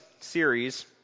series